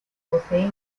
poseen